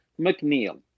McNeil